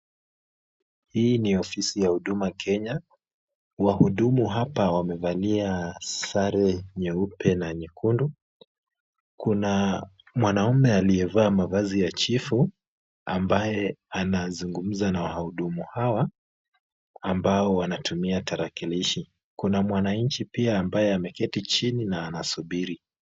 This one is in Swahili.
Hii ni ofisi ya huduma kenya wahudumu hapa wamevalia sare nyeupe na nyekundu, kuna mwanaume aliyevaa mavazi ya chifu ambaye anazungumza na wahudumu hawa ambao wanatumia tarakilishi. Kuna mwananchi pia ambaye ameketi chini na anasubiri.